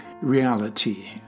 reality